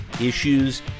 issues